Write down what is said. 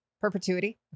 Perpetuity